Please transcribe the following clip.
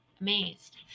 amazed